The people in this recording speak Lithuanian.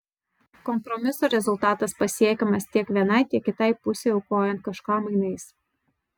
kompromiso rezultatas pasiekiamas tiek vienai tiek kitai pusei aukojant kažką mainais